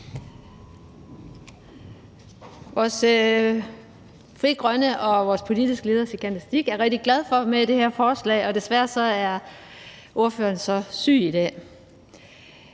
for det. Frie Grønne og vores politiske leder, Sikandar Siddique, er rigtig glad for det her forslag, men desværre er ordføreren så syg i dag.